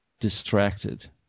distracted